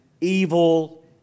evil